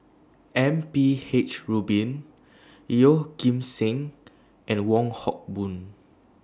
M P H Rubin Yeoh Ghim Seng and Wong Hock Boon